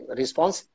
response